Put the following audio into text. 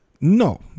No